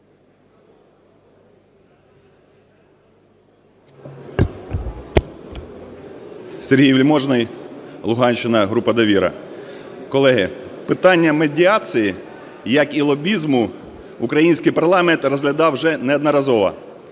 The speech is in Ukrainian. Сергій Вельможний, Луганщина, група "Довіра". Колеги, питання медіації, як і лобізму, український парламент розглядав вже неодноразово.